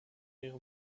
ihre